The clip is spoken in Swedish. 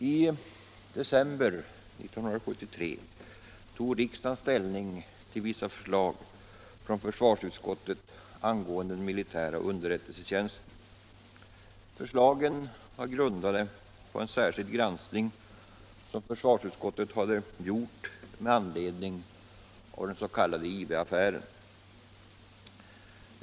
I december 1973 tog riksdagen ställning till vissa förslag från försvarsutskottet angående den militära underrättelsetjänsten. Förslagen var grundade på en särskild granskning som utskottet hade gjort med anledning av den s.k. IB-affären.